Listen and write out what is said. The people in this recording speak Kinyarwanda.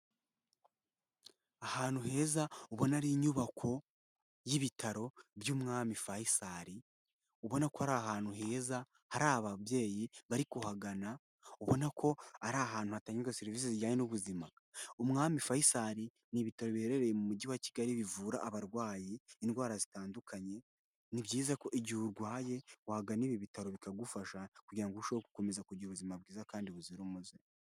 Ahantu heza ubona hari inyubako y'ibitaro by'umwami Faisal ubona ko ari ahantu heza hari ababyeyi bari kuhagana ubona ko ari ahantu hatangirwa serivisi zijyanye n'ubuzima, umwami Faisal ni ibitaro biherereye mu mujyi wa Kigali bivura abarwayi indwara zitandukanye, ni byiza ko igihe urwaye wagana ibi bitaro bikagufasha kugira ngo urusheho gukomeza kugira ubuzima bwiza kandi buzira umuze.